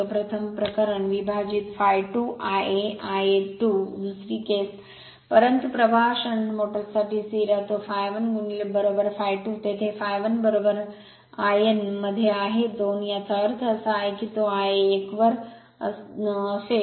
प्रथम प्रकरण विभाजित ∅ 2 Ia Ia 2 दुसरा केस परंतु प्रवाह शंट मोटर साठी स्थिर राहतो ∅1 ∅ 2 येथे ते ∅1 in मध्ये आहे २ याचा अर्थ असा आहे की तो आयए १ वर असेल २